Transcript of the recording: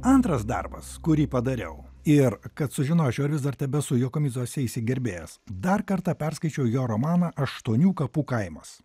antras darbas kurį padariau ir kad sužinočiau ar vis dar tebesu jo jakomidzos seisi gerbėjas dar kartą perskaičiau jo romaną aštuonių kapų kaimas